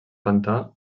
pantà